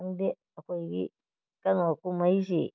ꯈꯪꯗꯦ ꯑꯩꯈꯣꯏꯒꯤ ꯀꯩꯅꯣ ꯀꯨꯝꯍꯩꯁꯤ